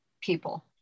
people